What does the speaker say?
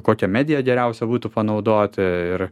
kokia mediją geriausia būtų panaudoti ir